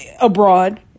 abroad